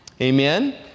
Amen